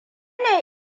ne